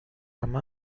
عمه